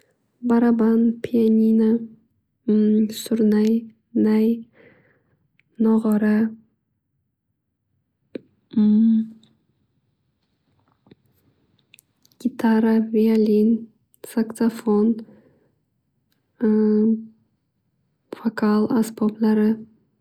Baraban, pianino, surnay, nay, nog'ora, gitara, violin, saksafon, vokal asboblari.